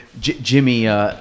Jimmy